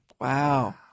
Wow